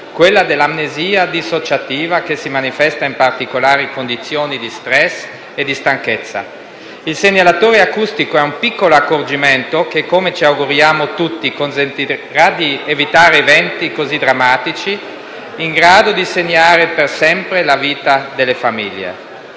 quella dell'amnesia dissociativa - che si manifesta in particolari condizioni di *stress* e stanchezza. Il segnalatore acustico è un piccolo accorgimento che, come ci auguriamo tutti, consentirà di evitare eventi così drammatici, in grado di segnare per sempre la vita delle famiglie.